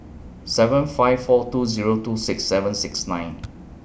seven five four two Zero two six seven six nine